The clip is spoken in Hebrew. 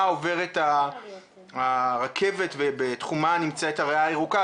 עוברת הרכבת ובתחומה נמצאת הריאה הירוקה,